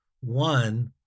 One